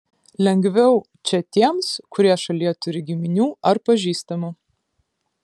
lengviau čia tiems kurie šalyje turi giminių ar pažįstamų